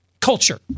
Culture